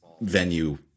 venue